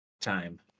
time